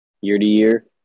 year-to-year